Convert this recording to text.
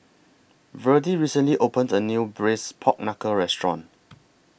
Verdie recently opened A New Braised Pork Knuckle Restaurant